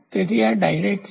તેથી આ ડાયરેક્ટ છે